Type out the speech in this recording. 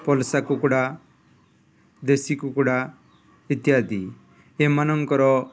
ପଲସା କୁକୁଡ଼ା ଦେଶୀ କୁକୁଡ଼ା ଇତ୍ୟାଦି ଏମାନଙ୍କର